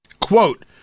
Quote